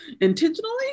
intentionally